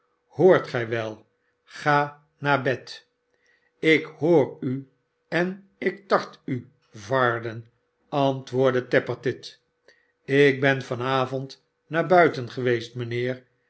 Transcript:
shoort gij wel ga naar bed ik hoor u en ik tart u varden antwoordde tappertit ik ben van avond naar buiten geweest mijnheer